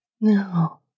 No